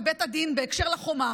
בבית הדין בקשר לחומה,